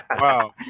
Wow